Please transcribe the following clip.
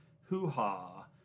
hoo-ha